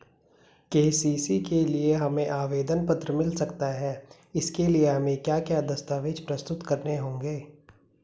KCC के लिए हमें आवेदन पत्र मिल सकता है इसके लिए हमें क्या क्या दस्तावेज़ प्रस्तुत करने होंगे?